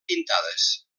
pintades